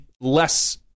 less